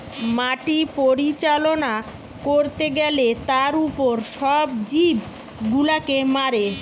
মাটি পরিচালনা করতে গ্যালে তার উপর সব জীব গুলাকে মারে